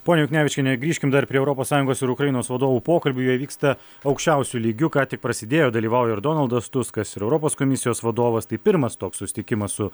ponia juknevičiene grįžkim dar prie europos sąjungos ir ukrainos vadovų pokalbių jie vyksta aukščiausiu lygiu ką tik prasidėjo dalyvauja ir donaldas tuskas europos komisijos vadovas tai pirmas toks susitikimas su